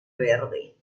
verde